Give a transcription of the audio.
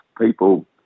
people